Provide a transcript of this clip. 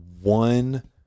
one